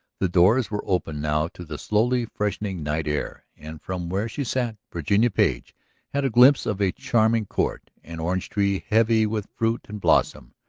the doors were open now to the slowly freshening night air, and from where she sat virginia page had a glimpse of a charming court, an orange-tree heavy with fruit and blossom,